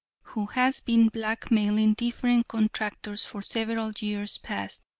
who has been blackmailing different contractors for several years past,